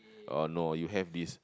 orh no you have this